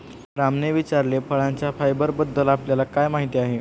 रामने विचारले, फळांच्या फायबरबद्दल आपल्याला काय माहिती आहे?